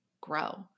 grow